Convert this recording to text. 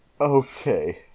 Okay